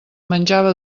menjava